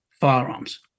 firearms